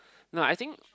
no I think